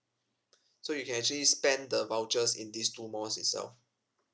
so you can actually spend the vouchers in these two malls itself